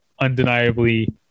undeniably